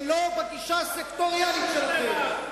ולא בגישה הסקטוריאלית שלכם.